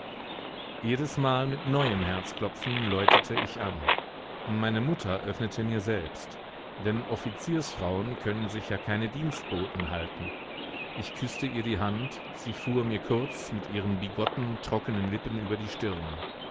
jedesmal mit neuem herzklopfen läutete ich an meine mutter öffnete mir selbst denn offiziersfrauen können sich ja keine dienstboten halten ich küßte ihr die hand sie fuhr mir kurz mit ihren bigotten trockenen lippen über die stirne